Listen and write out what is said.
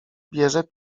bierze